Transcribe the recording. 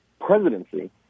presidency